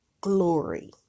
glory